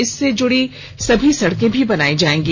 इससे जुड़ी सभी सड़कें भी बनायी जायेंगी